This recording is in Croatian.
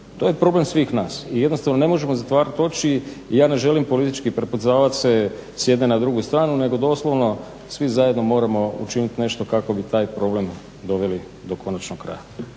To je problem svih nas i jednostavno ne možemo zatvarati oči i ja ne želim politički prepucavati se s jedne na drugu stranu nego doslovno svi zajedno moramo učiniti nešto kako bi taj problem doveli do konačnog kraja.